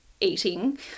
eating